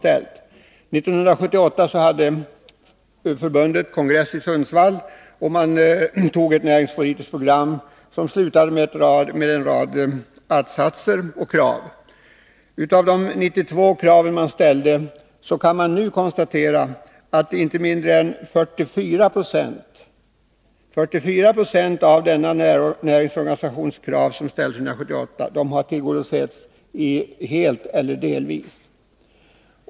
1978 hade förbundet kongress i Sundsvall. Man antog ett näringspolitiskt program som slutade med en rad att-satser och krav. Inte mindre än 44 96 av de 92 krav som ställdes har tillgodosetts helt eller delvis.